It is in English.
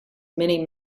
mini